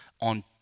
on